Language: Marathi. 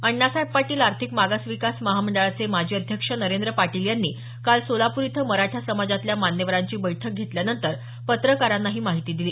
अण्णासाहेब पाटील आर्थिक मागास विकास महामंडळाचे माजी अध्यक्ष नरेंद्र पाटील यांनी काल सोलापूर इथं मराठा समाजातल्या मान्यवरांची बैठक घेतल्यानंतर पत्रकारांना ही माहिती दिली